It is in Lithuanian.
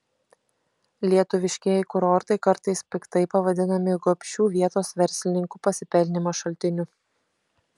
lietuviškieji kurortai kartais piktai pavadinami gobšių vietos verslininkų pasipelnymo šaltiniu